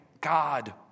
God